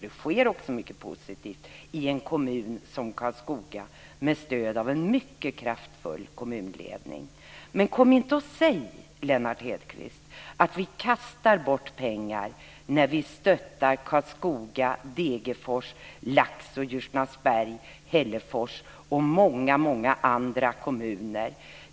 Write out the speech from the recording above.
Det sker också mycket positivt i en kommun som Karlskoga med stöd av en mycket kraftfull kommunledning. Kom inte och säg, Lennart Hedquist, att vi kastar bort pengar när vi stöttar Karlskoga, Degerfors, Laxå, Ljusnarsberg, Hällefors och många andra kommuner.